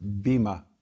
bima